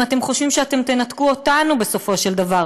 אם אתם חושבים שאתם תנתקו אותנו בסופו של דבר,